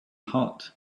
hot